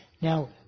Now